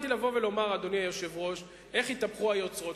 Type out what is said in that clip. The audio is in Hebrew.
אדוני היושב-ראש, התחלתי לומר איך התהפכו היוצרות.